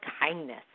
kindness